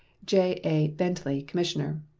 j a. bentley, commissioner.